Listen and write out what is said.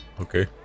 okay